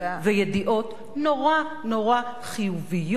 וידיעות נורא נורא חיוביות,